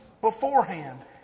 beforehand